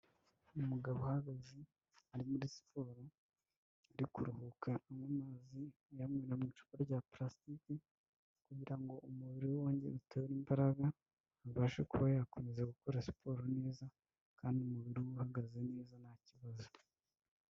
Umugabo uhagaze ari muri siporo, ari kuruhuka anywa amazi ayanywera mu icupa rya plasitiki kugira ngo umubiri we ugarure imbaraga abashe kuba yakomeza gukora siporo neza kandi umubiri we uhagaze neza nta kibazo.